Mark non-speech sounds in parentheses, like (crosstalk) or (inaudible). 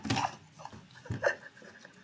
(laughs)